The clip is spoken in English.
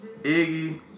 Iggy